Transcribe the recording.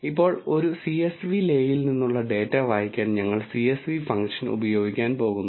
ഇപ്പോൾ ഒരു CSV ലെയിൽ നിന്നുള്ള ഡാറ്റ വായിക്കാൻ ഞങ്ങൾ CSV ഫംഗ്ഷൻ ഉപയോഗിക്കാൻ പോകുന്നു